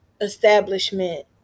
establishment